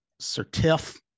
certif